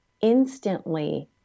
instantly